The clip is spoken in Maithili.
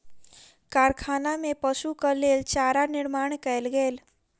कारखाना में पशुक लेल चारा निर्माण कयल गेल